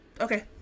Okay